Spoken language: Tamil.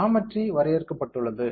ஜாமெட்ரி வரையறுக்கப்பட்டுள்ளது